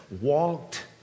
walked